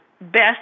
best